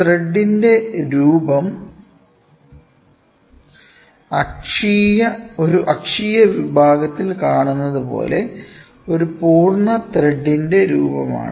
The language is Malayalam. ത്രെഡിന്റെ രൂപം ഒരു അക്ഷീയ വിഭാഗത്തിൽ കാണുന്നതുപോലെ ഒരു പൂർണ്ണ ത്രെഡിന്റെ രൂപമാണ്